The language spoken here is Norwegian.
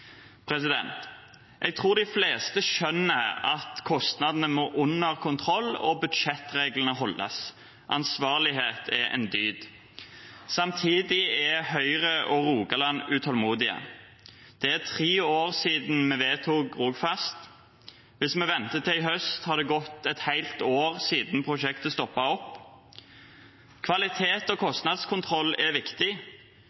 Jeg tror de fleste skjønner at kostnadene må under kontroll, og budsjettreglene må holdes. Ansvarlighet er en dyd. Samtidig er Høyre og Rogaland utålmodige. Det er tre år siden vi vedtok Rogfast. Hvis vi venter til i høst, har det gått et helt år siden prosjektet stoppet opp. Kvalitet og